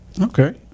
Okay